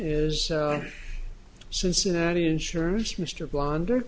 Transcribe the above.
is cincinnati insurance mr blonder